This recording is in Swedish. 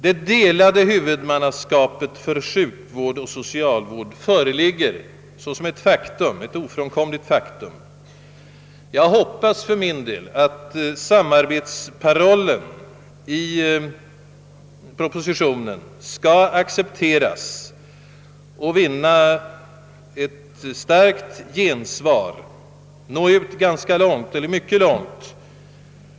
Det delade huvudmannaskapet för sjukvård och socialvård föreligger ju såsom ett ofrånkomligt faktum. Jag hoppas för min del att samarbetsparollen i propositionen skall accepteras och vinna ett starkt gensvar, nå ut mycket långt.